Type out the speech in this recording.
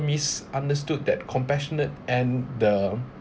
misunderstood that compassionate and the